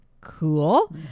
cool